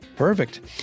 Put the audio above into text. Perfect